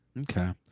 okay